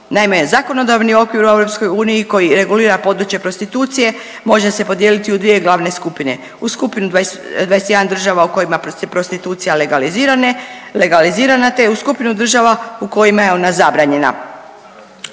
Naime, zakonodavni okvir u EU koji regulira područje prostitucije može se podijeliti u dvije glavne skupine. U skupinu 21 država u kojima je prostitucija legalizirane, legalizirana te u skupinu država u kojima je ona zabranjena.